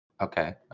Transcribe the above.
Okay